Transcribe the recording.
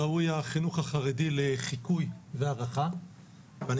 ראוי החינוך החרדי לחיקוי והערכה ואני